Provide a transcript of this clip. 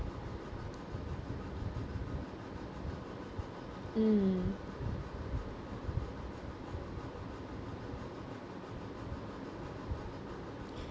mm